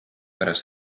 pärast